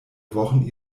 wochen